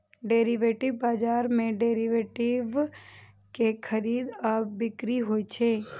derivative बाजार मे derivative के खरीद आ बिक्री होइ छै